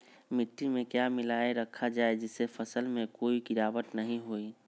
मिट्टी में क्या मिलाया रखा जाए जिससे फसल में कोई गिरावट नहीं होई?